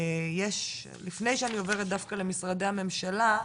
לפני שאני עוברת דווקא למשרדי הממשלה,